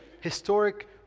historic